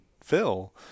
Phil